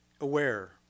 aware